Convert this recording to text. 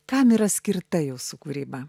kam yra skirta jūsų kūryba